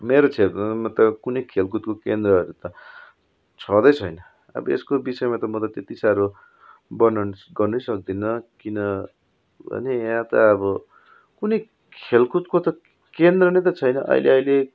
मेरो क्षेत्रमा त कुनै खेलकुदको केन्द्रहरू त छँदै छैन अब यसको विषयमा म त त्यति साह्रो वर्णन गर्नु नै सक्तिनँ किनभने यहाँ त अब कुनै खेलकुदको त केन्द्र नै त छैन अहिले अहिले